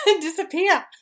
disappear